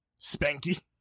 spanky